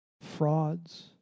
frauds